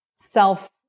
self